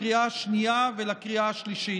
לקריאה השנייה ולקריאה השלישית.